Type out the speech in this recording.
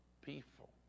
people